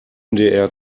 ndr